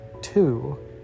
two